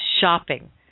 shopping